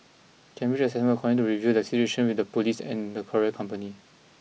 Cambridge Assessment will continue to review the situation with the police and the courier company